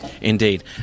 indeed